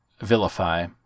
vilify